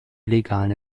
illegalen